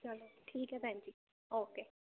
ਚਲੋ ਠੀਕ ਹੈ ਭੈਣ ਜੀ ਓਕੇ